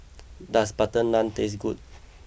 does Butter Naan taste good